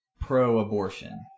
pro-abortion